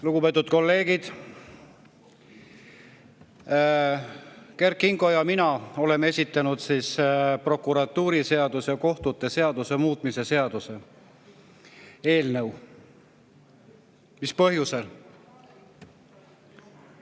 Lugupeetud kolleegid! Kert Kingo ja mina oleme esitanud prokuratuuriseaduse ja kohtute seaduse muutmise seaduse eelnõu. Mis põhjusel?